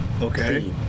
Okay